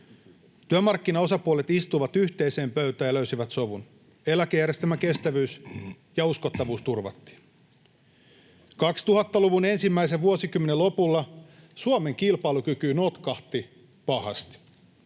Työmarkkinaosapuolet istuivat yhteiseen pöytään ja löysivät sovun. Eläkejärjestelmän kestävyys ja uskottavuus turvattiin. 2000-luvun ensimmäisen vuosikymmenen lopulla Suomen kilpailukyky notkahti pahasti.